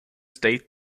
state